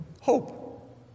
Hope